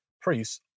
priests